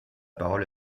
parole